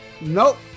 Nope